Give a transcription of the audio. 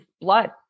Blood